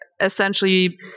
essentially